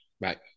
Right